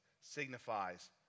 signifies